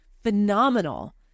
phenomenal